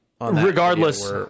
regardless